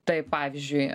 taip pavyzdžiui